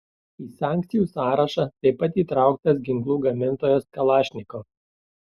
į sankcijų sąrašą taip pat įtrauktas ginklų gamintojas kalašnikov